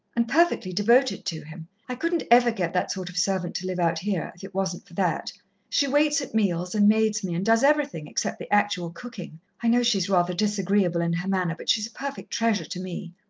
and perfectly devoted to him. i couldn't ever get that sort of servant to live out here, if it wasn't for that she waits at meals, and maids me, and does everything, except the actual cooking. i know she's rather disagreeable in her manner, but she's a perfect treasure to me.